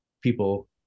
people